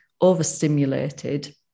overstimulated